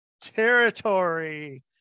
territory